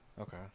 okay